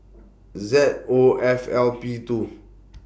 Z O F L P two